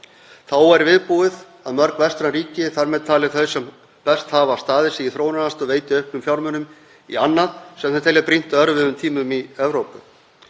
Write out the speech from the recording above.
Þá er viðbúið að mörg vestræn ríki, þar með talið þau sem best hafa staðið sig í þróunaraðstoð, veiti aukna fjármuni í annað sem þau telja brýnt á erfiðum tímum í Evrópu.